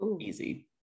Easy